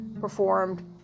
performed